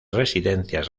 residencias